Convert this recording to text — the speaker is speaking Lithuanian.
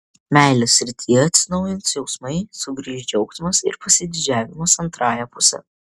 meilės srityje atsinaujins jausmai sugrįš džiaugsmas ir pasididžiavimas antrąja puse